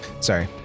Sorry